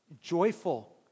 joyful